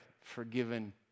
forgiven